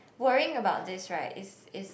worrying about this right is is